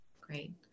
Great